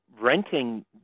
renting